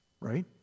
Right